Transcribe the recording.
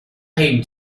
aim